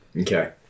Okay